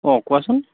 অঁ কোৱাচোন